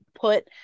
put